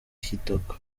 kitoko